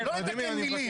לא רק את המילים.